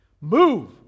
Move